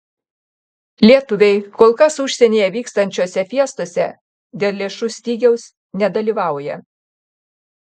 lietuviai kol kas užsienyje vykstančiose fiestose dėl lėšų stygiaus nedalyvauja